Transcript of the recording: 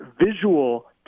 visual